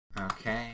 Okay